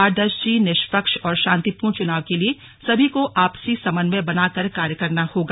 पारदर्शी निष्पक्ष और शातिंपूर्ण चुनाव के लिए सभी को आपसी समन्वय बनाकर कार्य करना होगा